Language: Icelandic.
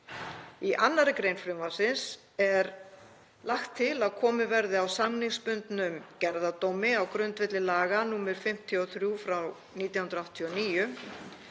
Í 2. gr. frumvarpsins er lagt til að komið verði á samningsbundnum gerðardómi á grundvelli laga nr. 53/1989,